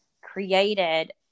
created